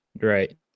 Right